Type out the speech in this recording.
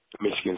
Michigan